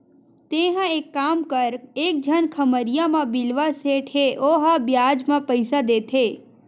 तेंहा एक काम कर एक झन खम्हरिया म बिलवा सेठ हे ओहा बियाज म पइसा देथे